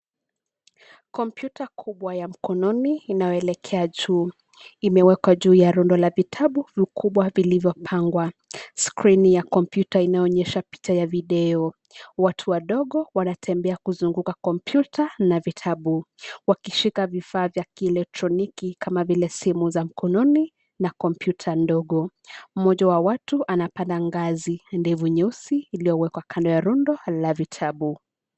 Kompyuta kubwa ya mkononi inayoelekea juu imewekwa juu ya vitabu vikubwa vilivyopangwa. Skrini ya kompyuta inayoonyesha picha ya video. watu wadogo wanatembea kuzunguka kompyuta na vitabu wakishika vifaa vya kielektroniki kama vile simu za mkononi na kompyuta ndogo. Mmoja wa watu anapanda ngazi, ndevu nyeusi iliyowekwa kando ya rondo la vitabu.